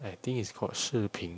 I think it's called 视频